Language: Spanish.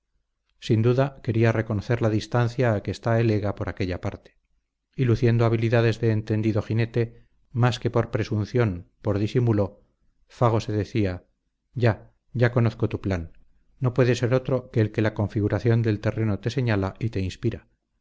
sin duda quería reconocer la distancia a que está el ega por aquella parte y luciendo habilidades de entendido jinete más que por presunción por disimulo fago se decía ya ya conozco tu plan no puede ser otro que el que la configuración del terreno te señala y te inspira